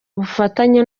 ubufatanye